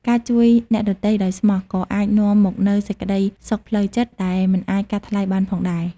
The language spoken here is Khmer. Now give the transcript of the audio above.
ការជួយអ្នកដទៃដោយស្មោះ ក៏អាចនាំមកនូវសេចក្ដីសុខផ្លូវចិត្តដែលមិនអាចកាត់ថ្លៃបានផងដែរ។